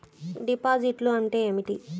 డిపాజిట్లు అంటే ఏమిటి?